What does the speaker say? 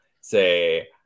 say